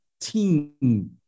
team